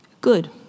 Good